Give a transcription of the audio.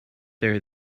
here